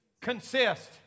consist